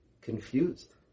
confused